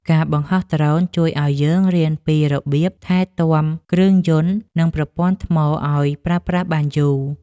ការបង្ហោះដ្រូនជួយឱ្យយើងរៀនពីរបៀបថែទាំគ្រឿងយន្ត និងប្រព័ន្ធថ្មឱ្យប្រើប្រាស់បានយូរ។